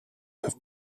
have